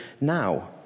now